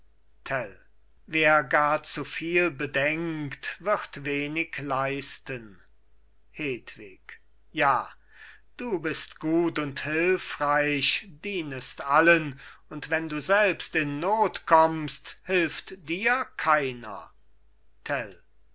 wer gar zu viel bedenkt wird wenig leisten hedwig ja du bist gut und hilfreich dienest allen und wenn du selbst in not kommst hilft dir keiner